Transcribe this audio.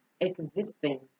Existing